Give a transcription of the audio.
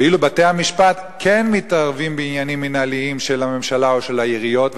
ואילו בתי-המשפט כן מתערבים בעניינים מינהליים של הממשלה או של העיריות.